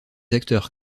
acteurs